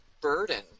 burden